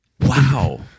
Wow